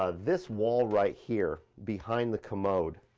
ah this wall right here behind the commode,